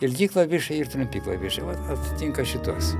ilgi klavišai ir trumpi klavišai vat atitinka šituos